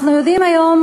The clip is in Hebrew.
אנחנו יודעים היום,